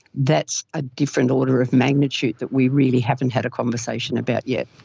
that's a different order of magnitude that we really haven't had a conversation about yet.